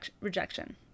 rejection